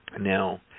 Now